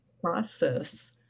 process